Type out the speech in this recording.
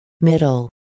Middle